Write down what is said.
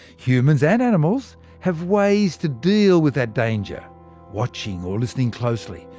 humans and animals have ways to deal with that danger watching or listening closely,